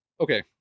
okay